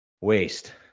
waste